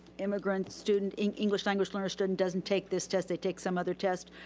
immigrant students, english language learner students doesn't take this test. they take some other test.